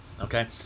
Okay